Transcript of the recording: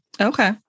Okay